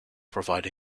provide